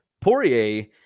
Poirier